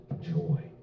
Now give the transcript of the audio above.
joy